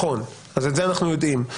את זה אנחנו יודעים,